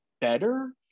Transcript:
better